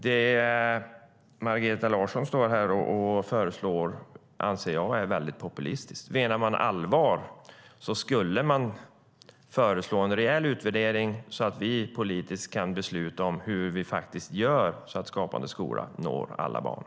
Det som Margareta Larsson här föreslår anser jag vara mycket populistiskt. Menar man allvar skulle man föreslå en rejäl utvärdering så att vi politiskt kan besluta om hur vi faktiskt ska göra för att Skapande skola ska nå alla barn.